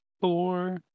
four